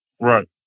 Right